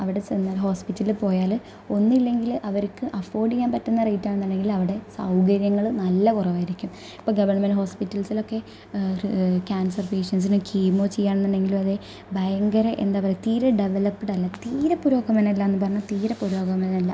അവിടെ ചെന്നാല് ഹോസ്പിറ്റലില് പോയാൽ ഒന്നുമില്ലെങ്കിൽ അവര്ക്ക് അഫോര്ഡ് ചെയ്യാന് പറ്റുന്ന റേറ്റ് ആണെന്നുണ്ടെങ്കിൽ അവിടെ സൗകര്യങ്ങൾ നല്ല കുറവായിരിക്കും ഇപ്പോൾ ഗവണ്മെൻറ്റ് ഹോസ്പിറ്റല്സിലൊക്കെ ക്യാന്സര് പേഷ്യന്റ്റ്സിന് കീമോ ചെയ്യുകയാണെന്നുണ്ടെങ്കിൽ അതു ഭയങ്കര എന്താ പറയുക തീരെ ഡെവലപ്ട് അല്ല തീരെ പുരോഗമനം ഇല്ലയെന്നു പറഞ്ഞാല് തീരെ പുരോഗമനില്ല